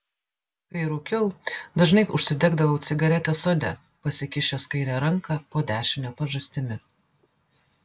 kai rūkiau dažnai užsidegdavau cigaretę sode pasikišęs kairę ranką po dešine pažastimi